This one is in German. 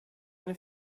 eine